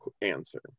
answer